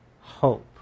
hope